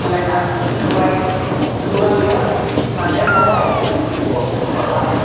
মানে ধোৱাই দিওঁ ধোৱোৰাৰ পিছত মাজে সময়ে অলপ